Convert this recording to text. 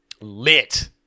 lit